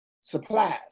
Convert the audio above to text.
supplies